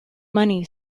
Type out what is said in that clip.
money